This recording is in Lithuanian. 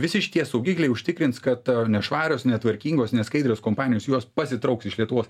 visi šitie saugikliai užtikrins kad nešvarios netvarkingos neskaidrios kompanijos jos pasitrauks iš lietuvos